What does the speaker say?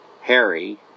Harry